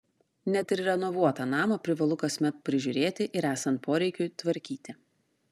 net ir renovuotą namą privalu kasmet prižiūrėti ir esant poreikiui tvarkyti